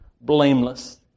blameless